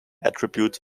attributes